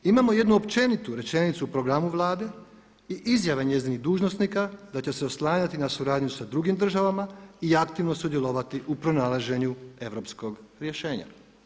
Imamo jednu općenitu rečenicu u programu Vlade i izjave njezinih dužnosnika da će se oslanjati na suradnju sa drugim državama i aktivno sudjelovati u pronalaženju europskog rješenja.